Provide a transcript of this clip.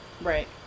Right